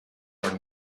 are